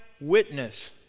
witness